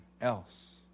else